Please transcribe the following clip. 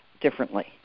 differently